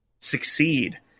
succeed